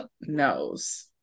knows